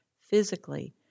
physically